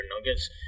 Nuggets